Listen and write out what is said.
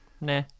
Nah